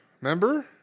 Remember